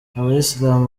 abayisilamu